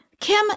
Kim